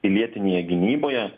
pilietinėje gynyboje